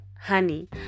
honey